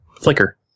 flicker